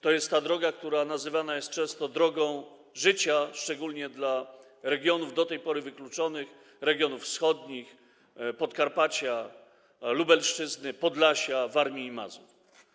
To droga, która nazywana jest często drogą życia, szczególnie dla regionów do tej pory wykluczonych, tj. regionów wschodnich, Podkarpacia, Lubelszczyzny, Podlasia, Warmii i Mazur.